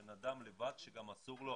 בן אדם לבד שגם אסור לו,